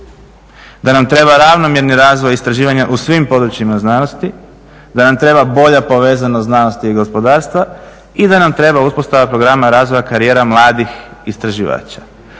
da nam treba ravnomjerni razvoj istraživanja u svim područjima znanosti, da nam treba bolja povezanost znanosti i gospodarstva i da nam treba uspostava programa razvoja karijera mladih istraživača.